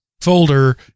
folder